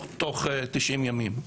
או תוך 90 ימים,